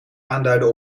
aanduiden